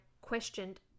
questioned